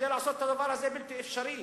כדי לעשות את הדבר הזה בלתי אפשרי.